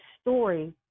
story